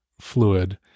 fluid